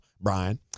Brian